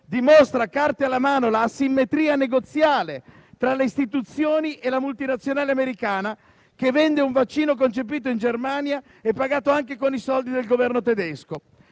dimostra, carte alla mano, l'asimmetria negoziale tra le istituzioni e la multinazionale americana che vende un vaccino concepito in Germania e pagato anche con i soldi del Governo tedesco.